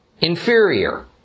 inferior